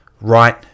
right